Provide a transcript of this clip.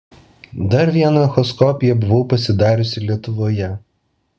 dar vieną echoskopiją buvau pasidariusi lietuvoje